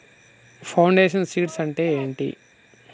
Foundation seeds అంటే ఏంటి?